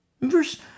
Verse